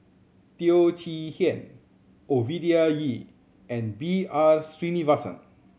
Teo Chee Hean Ovidia Yu and B R Sreenivasan